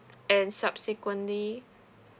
and subsequently